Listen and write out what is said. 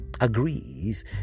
agrees